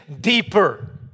deeper